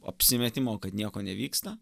apsimetimo kad nieko nevyksta